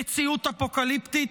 מציאות אפוקליפטית?